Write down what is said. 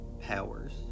Powers